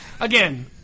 Again